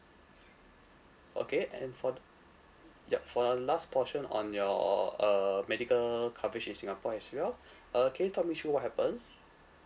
okay and for the yup for the last portion on your uh medical coverage in singapore as well uh can you talk me through what happen